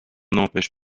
n’empêche